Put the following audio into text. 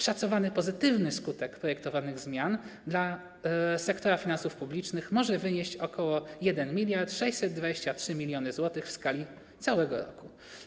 Szacowany pozytywny skutek projektowanych zmian dla sektora finansów publicznych może wynieść ok. 1623 mln zł w skali całego roku.